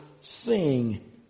sing